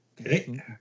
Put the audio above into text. Okay